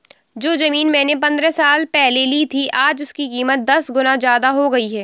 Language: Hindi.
जो जमीन मैंने पंद्रह साल पहले ली थी, आज उसकी कीमत दस गुना जादा हो गई है